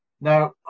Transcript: Now